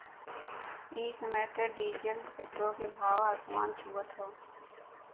इ समय त डीजल पेट्रोल के भाव आसमान छुअत हौ